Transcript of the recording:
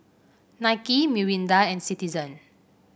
Nike Mirinda and Citizen